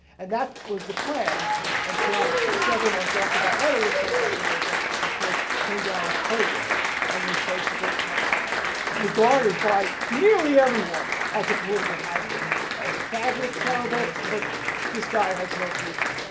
and that was the plan until several months after that letter was sent franklin roosevelt, of course, came down with polio and was basically now regarded by nearly everyone as a political has-been a tragic, terrible but this guy has no future.